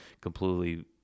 completely